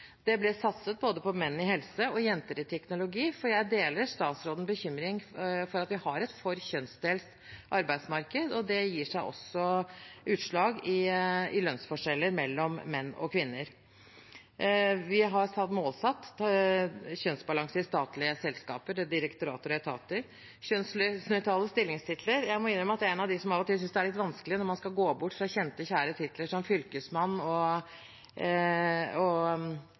Det ble satset både på menn i helse og jenter i teknologi. Jeg deler statsrådens bekymring for at vi har et for kjønnsdelt arbeidsmarked, og det gir seg også utslag i lønnsforskjeller mellom menn og kvinner. Vi har målsatt kjønnsbalanse i statlige selskaper, direktorater og etater, og kjønnsnøytrale stillingstitler. Jeg må innrømme at jeg er en av dem som synes det er litt vanskelig når man skal gå bort fra kjente, kjære titler som fylkesmann og